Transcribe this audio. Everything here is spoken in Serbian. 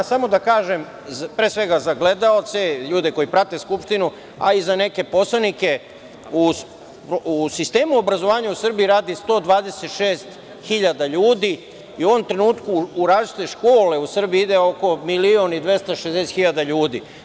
Samo da kažem, pre svega za gledaoce, ljude koji prate Skupštinu, a i za neke poslanike, u sistemu obrazovanja u Srbiji radi 126.000 ljudi i u ovom trenutku u različite škole u Srbiji ide oko 1.260.000 ljudi.